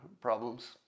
problems